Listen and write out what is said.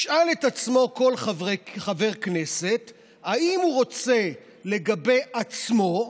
ישאל את עצמו כל חבר כנסת אם הוא רוצה, לגבי עצמו,